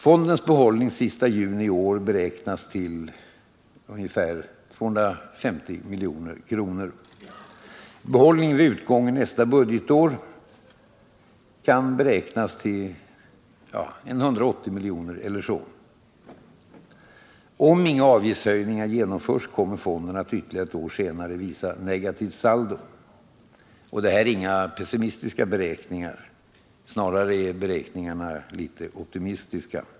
Fondens behållning sista juni i år beräknas till ungefär 250 milj.kr. Behållningen vid utgången av nästa budgetår kan beräknas till drygt 180 milj.kr. Om inga avgiftshöjningar genomförs, kommer fonden att ytterligare ett år senare visa negativt saldo. Det här är inte pessimistiska beräkningar, snarare litet optimistiska.